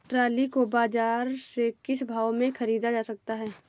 Trolley को बाजार से किस भाव में ख़रीदा जा सकता है?